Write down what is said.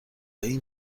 این